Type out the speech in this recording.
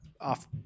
off